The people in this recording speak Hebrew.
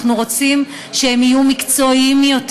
אנחנו רוצים שהם יהיו מקצועיים יותר,